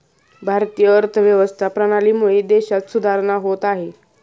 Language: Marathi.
भारतीय अर्थव्यवस्था प्रणालीमुळे देशात सुधारणा होत आहे